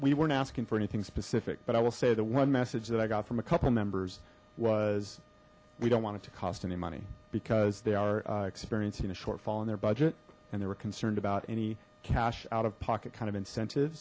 we weren't asking for anything specific but i will say the one message that i got from a couple members was we don't want it to cost any money because they are experiencing a shortfall in their budget and they were concerned about any cash out of pocket kind of incentive